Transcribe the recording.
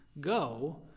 go